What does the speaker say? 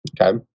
Okay